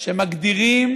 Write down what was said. שמגדירים